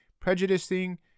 prejudicing